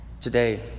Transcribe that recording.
today